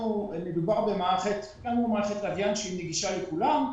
מדובר במערכת לוויין שהיא נגישה לכולם.